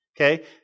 okay